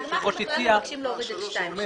הגמ"חים בכלל מבקשים להוריד את (2).